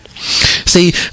See